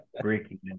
breaking